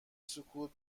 سکوت